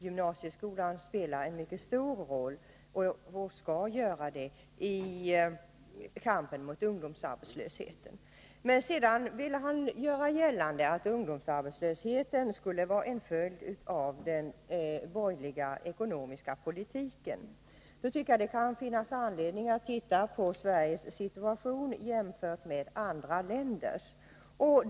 Gymnasieskolan spelar en mycket stor roll och skall göra det i kampen mot ungdomsarbetslösheten. Men sedan ville Lars Svensson göra gällande att ungdomsarbetslösheten skulle vara en följd av den borgerliga ekonomiska politiken. Då tycker jag att det kan finnas anledning att titta på Sveriges situation jämfört med andra länders.